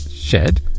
Shed